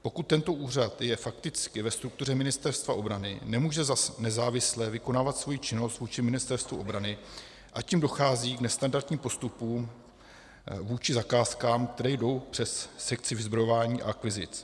Pokud tento úřad je fakticky ve struktuře Ministerstva obrany, nemůže nezávisle vykonávat svoji činnost vůči Ministerstvu obrany, a tím dochází k nestandardním postupům vůči zakázkám, které jdou přes sekci vyzbrojování a akvizic.